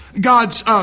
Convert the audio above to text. God's